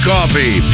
Coffee